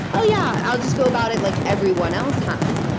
oh yeah. i'll just go about it like everyone else has.